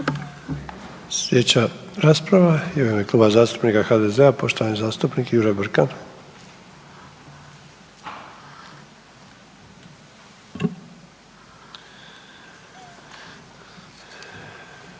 Sljedeća rasprava je u ime Kluba zastupnika HDZ-a poštovani zastupnik Jure Brkan.